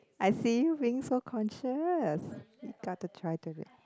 I see you being so conscious you got to try to be